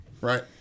right